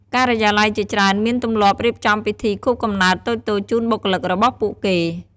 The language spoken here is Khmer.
ការិយាល័យជាច្រើនមានទម្លាប់រៀបចំពិធីខួបកំណើតតូចៗជូនបុគ្គលិករបស់ពួកគេ។